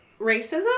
racism